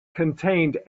contained